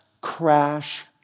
crash